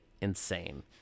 insane